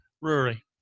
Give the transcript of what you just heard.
Rory